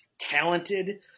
talented